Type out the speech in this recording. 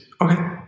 Okay